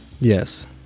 Yes